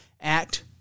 act